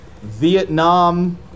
Vietnam